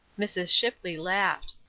mrs. shipley laughed.